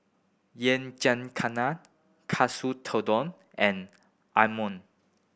Yakizakana Katsu Tendon and Imoni